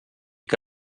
que